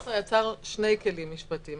תיקון 18 יצר שני כלים משפטיים,